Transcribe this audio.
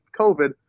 COVID